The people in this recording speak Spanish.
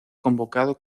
convocado